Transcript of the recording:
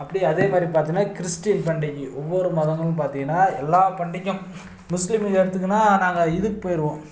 அப்படியே அதேமாதிரி பார்த்திங்கன்னா கிறிஸ்டின் பண்டிகையும் ஒவ்வொரு மதங்களும் பார்த்திங்கன்னா எல்லாப் பண்டிகையும் முஸ்லீம் இதை எடுத்துக்குன்னா நாங்கள் இதுக்கு போயிடுவோம்